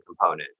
component